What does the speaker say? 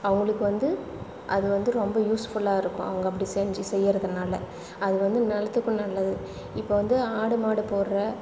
அவங்களுக்கு வந்து அது வந்து ரொம்ப யூஸ்ஃபுல்லாக இருக்கும் அவங்க அப்படி செஞ்சு செய்யறதுனால அது வந்து நிலத்துக்கும் நல்லது இப்போ வந்து ஆடு மாடு போடுற